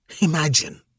Imagine